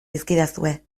dizkidazue